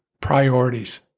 priorities